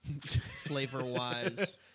flavor-wise